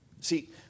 See